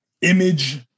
image